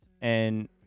and-